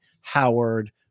Howard